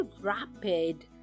rapid